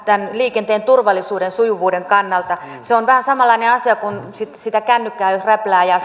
tämän liikenteen turvallisuuden sujuvuuden kannalta se on vähän samanlainen asia kuin jos sitä kännykkää räplää ja